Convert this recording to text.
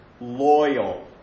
Loyal